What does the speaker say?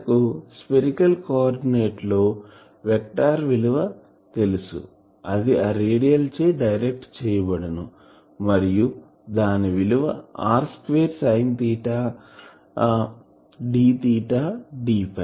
మనకు spherical coordinate లో vector విలువ తెలుసు అది రేడియల్ చే డైరెక్ట్డ్ చేయబడును మరియు దాని విలువ r2 సైన్ తీటా d తీటాd